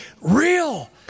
real